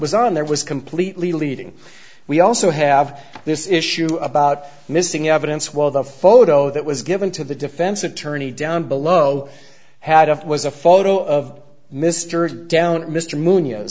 was on there was completely leading we also have this issue about missing evidence while the photo that was given to the defense attorney down below had up was a photo of mr down mr m